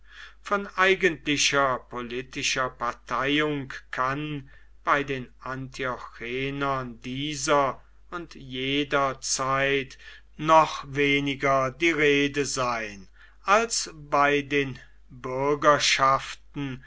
von eigentlicher politischer parteiung kann bei den antiochenern dieser und jeder zeit noch weniger die rede sein als bei den